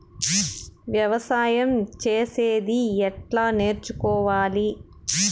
వ్యవసాయం చేసేది ఎట్లా నేర్చుకోవాలి?